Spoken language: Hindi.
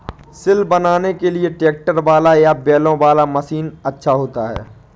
सिल बनाने के लिए ट्रैक्टर वाला या बैलों वाला मशीन अच्छा होता है?